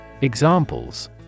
Examples